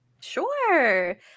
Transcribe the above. Sure